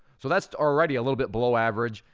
so that's already a little bit below average,